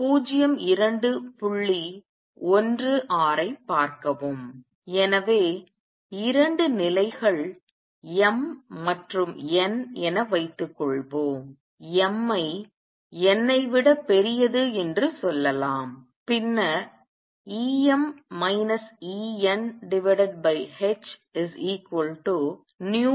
எனவே இரண்டு நிலைகள் m மற்றும் n என வைத்துக்கொள்வோம் m ஐ n ஐ விட பெரியது என்று சொல்லலாம் பின்னர் hmn